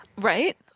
Right